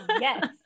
Yes